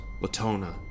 Latona